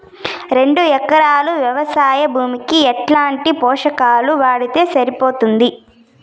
రెండు ఎకరాలు వ్వవసాయ భూమికి ఎట్లాంటి పోషకాలు వాడితే సరిపోతుంది?